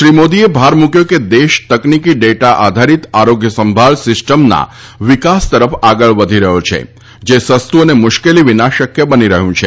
શ્રી મોદીએ ભાર મૂક્યો કે દેશ તકનીકી ડેટા આધારિત આરોગ્યસંભાળ સિસ્ટમના વિકાસ તરફ આગળ વધી રહ્યો છે જે સસ્તું અને મુશ્કેલી વિના શક્ય બની રહ્યું છે